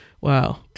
wow